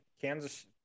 Kansas